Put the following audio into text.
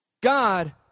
God